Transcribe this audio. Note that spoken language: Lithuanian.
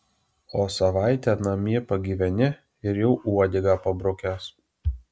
o savaitę namie pagyveni ir jau uodegą pabrukęs